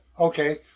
Okay